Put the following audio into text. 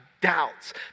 doubts